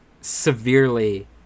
severely